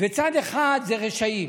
וצד אחד זה רשעים